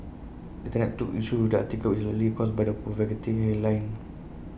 Internet took issue with the article which is likely caused by the provocative headline